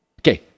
Okay